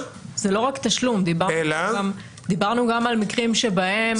דיברנו גם על מקרים בהם